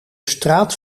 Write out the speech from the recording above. straat